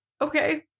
Okay